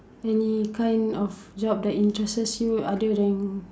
any kind of job that interests you other than